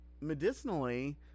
medicinally